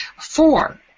Four